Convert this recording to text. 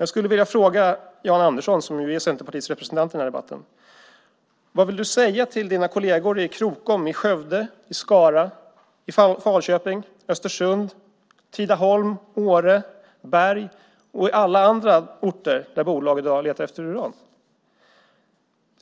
Jag skulle vilja fråga Jan Andersson som är Centerpartiets representant i den här debatten: Vad vill du säga till dina kolleger i Krokom, Skövde, Skara, Falköping, Östersund, Tidaholm, Åre, Berg och alla andra orter där bolag i dag letar efter uran?